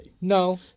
No